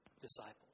disciples